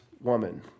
woman